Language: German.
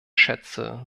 schätze